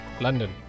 London